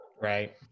Right